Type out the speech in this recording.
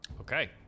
Okay